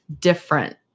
different